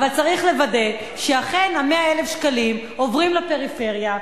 אבל צריך לוודא שאכן 100,000 השקלים עוברים לפריפריה,